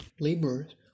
Laborers